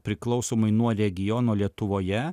priklausomai nuo regiono lietuvoje